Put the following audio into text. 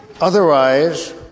otherwise